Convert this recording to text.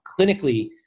clinically